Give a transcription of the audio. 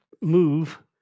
move